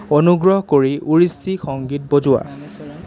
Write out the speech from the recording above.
অনুগ্ৰহ কৰি ওডীছী সংগীত বজোৱা